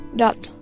dot